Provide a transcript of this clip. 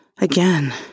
Again